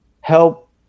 help